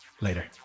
Later